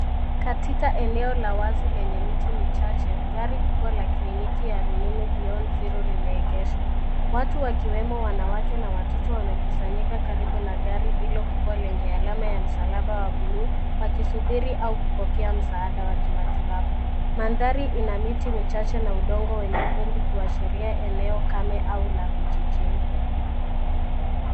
Katika eneo la wazi lenye miti michache, gari kubwa la kliniki ya rununu BEYOND ZERO limeegeshwa. Watu wakiwemo wanawake na watoto wamekusanyika karibu na gari hilo kubwa lenye alama ya msalaba wa bluu, wakisubiri au kupokea msaada wa kimatibabu. Mandhari ina miti michache na udongo wenye vumbi kuashiria eneo kame au la vijijini.